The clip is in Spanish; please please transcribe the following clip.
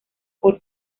por